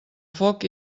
foc